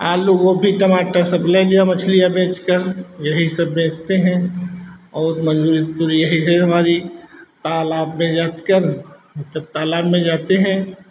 आलू गोभी टमाटर सब ले लिया मछलियाँ बेचकर यही सब बेचते हैं और मज़दूरी यही है हमारी तालाब में रखकर और जब तालाब में जाते हैं